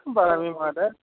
कथं वदामि महोदय